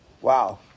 wow